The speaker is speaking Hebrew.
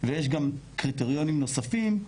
ויש גם קריטריונים נוספים,